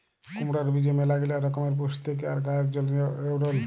কুমড়র বীজে ম্যালাগিলা রকমের পুষ্টি থেক্যে আর গায়ের জন্হে এঔরল